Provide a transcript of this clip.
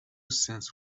cents